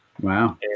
Wow